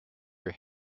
your